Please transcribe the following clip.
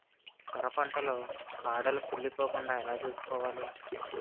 సొర పంట లో కాడలు కుళ్ళి పోకుండా ఎలా చూసుకోవాలి?